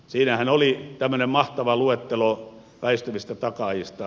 siinähän oli tämmöinen mahtava luettelo väistyvistä takaajista